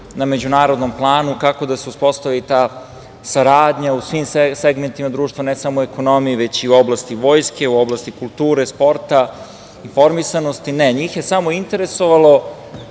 na međunarodnom planu, kako da se uspostavi ta saradnja u svim segmentima društva, ne samo u ekonomiji, već i u oblasti vojske, u oblasti kulture, sporta, informisanosti. Ne, njih je sama interesovalo